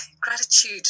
gratitude